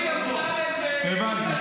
--- מה דודי, דודי אמסלם --- הבנתי.